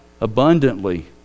abundantly